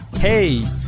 Hey